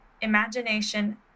imagination